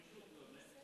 מישהו התלונן?